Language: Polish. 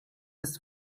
jest